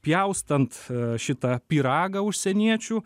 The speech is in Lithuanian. pjaustant šitą pyragą užsieniečių